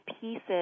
pieces